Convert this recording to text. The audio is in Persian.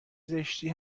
زشتی